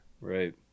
right